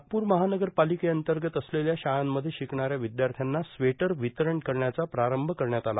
नागपूर महानगरपालिकेअंतर्गत असलेल्या शाळांमध्ये शिकणाऱ्या विद्यार्थ्याना स्वेटर वितरण करण्याचा प्रारंभ करण्यात आला